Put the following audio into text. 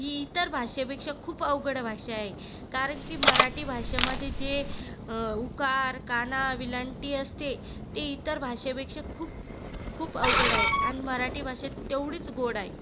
ही इतर भाषेपेक्षा खूप अवघड भाषा आहे कारण की मराठी भाषेमध्ये जे उकार काना वेलांटी असते ते इतर भाषेपेक्षा खूप खूप अवघड आहे अन मराठी भाषा तेवढीच गोड आहे